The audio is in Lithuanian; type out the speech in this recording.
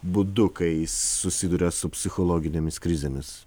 būdu kai jis susiduria su psichologinėmis krizėmis